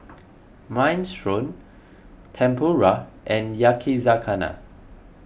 Minestrone Tempura and Yakizakana